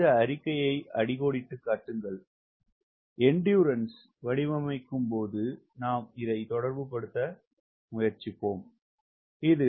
இந்த அறிக்கையை அடிக்கோடிட்டுக் காட்டுங்கள் எண்டுறன்ஸ் வடிவமைக்கும்போது நாம் இதை தொடர்புபடுத்த முயற்சிப்போம்